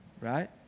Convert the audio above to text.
right